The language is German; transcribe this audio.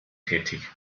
tätig